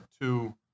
two